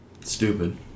Stupid